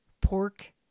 pork